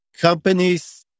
companies